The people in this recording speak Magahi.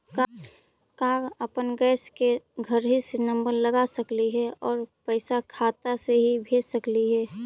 का अपन गैस के घरही से नम्बर लगा सकली हे और पैसा खाता से ही भेज सकली हे?